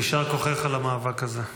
יישר כוחך על המאבק הזה.